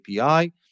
API